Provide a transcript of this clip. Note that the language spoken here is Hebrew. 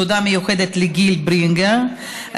תודה מיוחדת לגיל ברינגר,